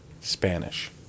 Spanish